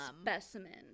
Specimen